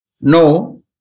No